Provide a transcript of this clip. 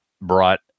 brought